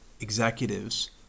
executives